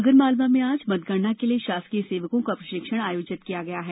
आगरमालवा में आज मतगणना के लिए शासकीय सेवकों का प्रशिक्षण आयोजित किया गया है